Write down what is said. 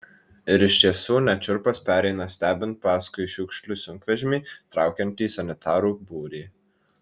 ir iš tiesų net šiurpas pereina stebint paskui šiukšlių sunkvežimį traukiantį sanitarų būrį